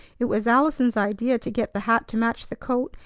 it was allison's idea to get the hat to match the coat,